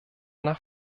nach